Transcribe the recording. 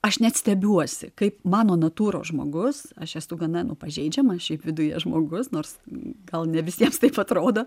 aš net stebiuosi kaip mano natūros žmogus aš esu gana pažeidžiama šiaip viduje žmogus nors gal ne visiems taip atrodo